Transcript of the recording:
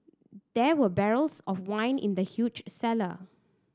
there were barrels of wine in the huge cellar